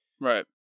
right